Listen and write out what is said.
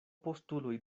postuloj